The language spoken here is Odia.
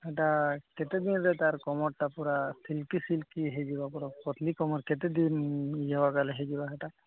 ହେଟା କେତେ ଦିନରେ ତାର୍ କମରଟା ପୁରା ସିଲକି ସିଲକି ହେଇଯିବା ପୁରା ପତଲି କମର କେତେ ଦିନ ୟୋଗା କଲେ ହେଇଯିବା ହେଟା